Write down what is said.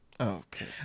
Okay